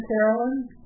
Carolyn